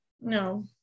No